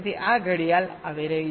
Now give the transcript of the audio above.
તેથી આ ઘડિયાળ આવી રહી છે